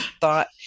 thought